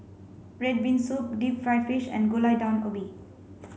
red bean soup deep fried fish and Gulai Daun Ubi